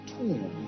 tool